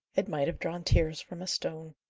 it might have drawn tears from a stone.